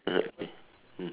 ah okay mmhmm